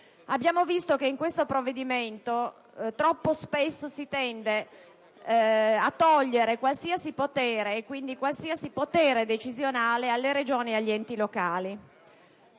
Abbiamo visto che in questo provvedimento troppo spesso si tende a togliere qualsiasi potere (e quindi qualsiasi potere decisionale) alle Regioni e agli enti locali.